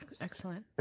Excellent